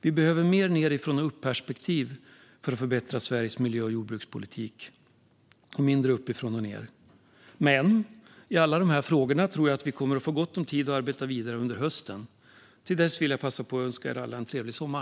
Vi behöver mer nedifrån-och-upp-perspektiv för att förbättra Sveriges miljö och jordbrukspolitik och mindre uppifrån-och-ned. Men i alla dessa frågor tror jag att vi kommer att få gott om tid att arbeta vidare under hösten. Till dess vill jag passa på att önska er alla en trevlig sommar.